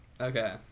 Okay